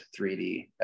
3d